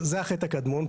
זה החטא הקדמון.